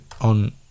on